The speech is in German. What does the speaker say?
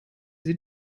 sie